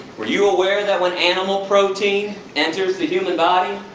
are you aware that when animal protein enters the human body,